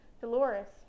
Dolores